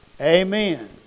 Amen